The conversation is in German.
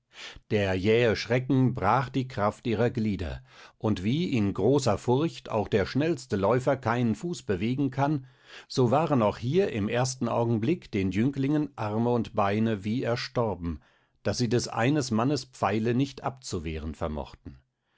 der jähe schrecken brach die kraft ihrer glieder und wie in großer furcht auch der schnellste läufer keinen fuß bewegen kann so waren auch hier im ersten augenblick den jünglingen arme und beine wie erstorben daß sie des eines mannes pfeile nicht abzuwehren vermochten